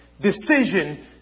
decision